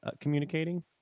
communicating